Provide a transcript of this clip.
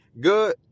good